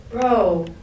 bro